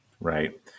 Right